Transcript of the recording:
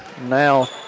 Now